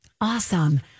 Awesome